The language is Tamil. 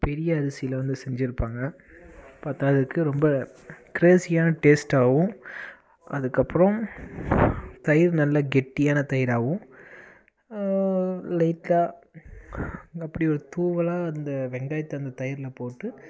பெரிய அரிசியில் வந்து செஞ்சுருப்பாங்க பற்றாததுக்கு ரொம்ப கிரேஸியான டேஸ்ட்டாகவும் அதுக்கப்புறம் தயிர் நல்ல கெட்டியான தயிராகவும் லைட்டாக அப்படி ஒரு தூவலாக அந்த வெங்காயத்தை அந்த தயிரில் போட்டு